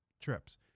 trips